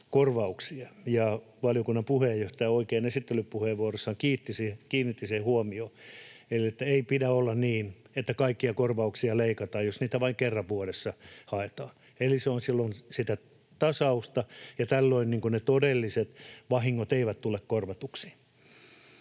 Valiokunnan puheenjohtaja oikein esittelypuheenvuorossaan kiinnitti siihen huomiota, että ei pidä olla niin, että kaikkia korvauksia leikataan, jos niitä vain kerran vuodessa haetaan. Eli se on silloin sitä tasausta, ja tällöin ne todelliset vahingot eivät tule kor-vatuiksi.